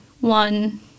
one